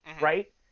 Right